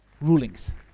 rulings